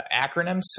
acronyms